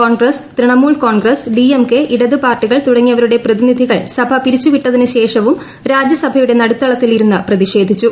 Congress Trinamool Congress DMK ഇടത് പാർട്ടികൾ തുടങ്ങിയവരുടെ പ്രതിനിധികൾ സഭ പിരിച്ച് വിട്ടതിന് ശേഷവും രാജ്യസഭയുടെ നടുത്തളത്തിൽ ഇരുന്ന് പ്രതിഷേധിച്ചു